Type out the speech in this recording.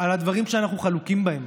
על הדברים שאנחנו חלוקים בהם.